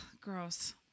gross